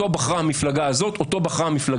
בניגוד למה